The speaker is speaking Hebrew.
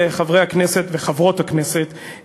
חברי הכנסת וחברות הכנסת,